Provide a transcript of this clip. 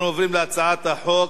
אנחנו עוברים להצעת החוק